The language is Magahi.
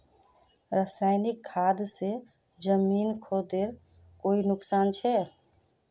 रासायनिक खाद से जमीन खानेर कोई नुकसान छे?